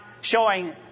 showing